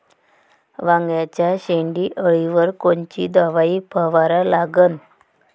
वांग्याच्या शेंडी अळीवर कोनची दवाई फवारा लागन?